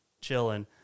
Chilling